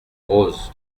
rose